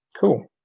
cool